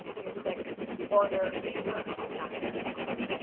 you click order favor down here at the bottom.